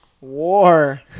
War